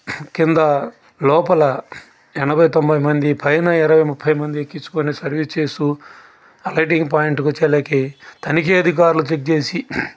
కింద లోపల ఎనభై తొంభై మంది పైన ఇరవై ముప్పై మంది ఎక్కిచ్చుకుని సర్వీస్ చేస్తూ ఎండింగ్ పాయింట్కి వచ్చేలేకే తనిఖీ అధికారులు చెక్ చేసి